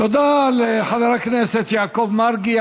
תודה לחבר הכנסת יעקב מרגי.